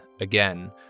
again